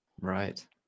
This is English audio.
right